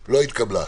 לא התקבלה.